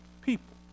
people